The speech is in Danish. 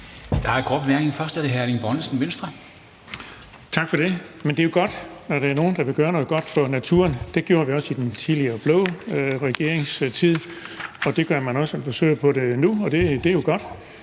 Bonnesen, Venstre. Kl. 16:58 Erling Bonnesen (V): Tak for det. Men det er jo godt, når der er nogle, der vil gøre noget godt for naturen. Det gjorde vi også i den tidligere blå regerings tid, og det forsøger man også på nu, og det er jo godt.